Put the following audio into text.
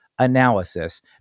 Analysis